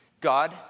God